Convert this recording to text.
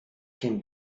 can